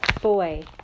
Boy